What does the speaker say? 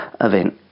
event